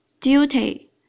duty